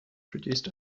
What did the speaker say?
produced